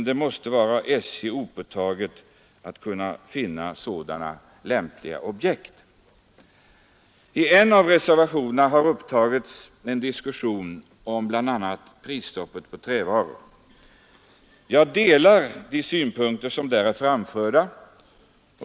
Det måste vara SJ obetaget att finna sådana lämpliga objekt. I en av reservationerna har upptagits en diskussion om bl.a. prisstoppet på trävaror. Jag delar de synpunkter som där är framförda.